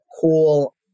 cool